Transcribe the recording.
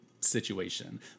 Situation